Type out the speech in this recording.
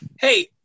hey